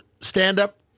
stand-up